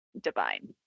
divine